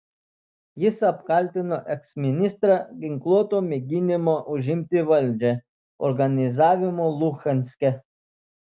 jis apkaltino eksministrą ginkluoto mėginimo užimti valdžią organizavimu luhanske